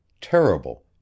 terrible